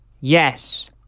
Yes